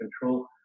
control